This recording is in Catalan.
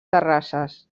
terrasses